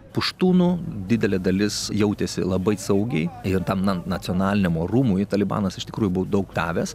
puštūnų didelė dalis jautėsi labai saugiai ir tam na nacionaliniam orumui talibanas iš tikrųjų buvo daug davęs